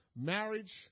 marriage